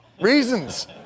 Reasons